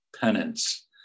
penance